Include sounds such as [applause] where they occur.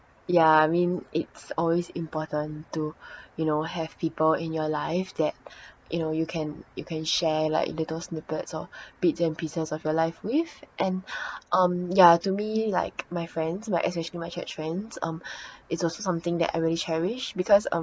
ya I mean it's always important to you know have people in your life that you know you can you can share like little snippets or bits and pieces of your life with and [breath] um ya to me like my friends like especially my church friends um [breath] it's also something that I really cherish because um